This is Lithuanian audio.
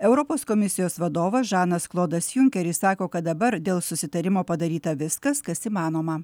europos komisijos vadovas žanas klodas junkeris sako kad dabar dėl susitarimo padaryta viskas kas įmanoma